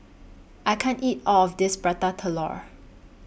I can't eat All of This Prata Telur